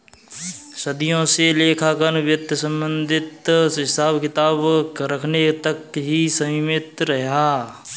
सदियों से लेखांकन वित्त संबंधित हिसाब किताब रखने तक ही सीमित रहा